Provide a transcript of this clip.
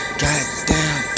goddamn